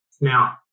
Now